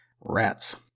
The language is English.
Rats